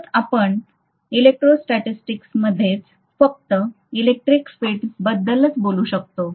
सतत आपण इलेक्ट्रोस्टॅटिक्समध्येच फक्त इलेक्ट्रिक फील्डबद्दलच बोलू शकतो